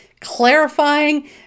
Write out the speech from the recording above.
clarifying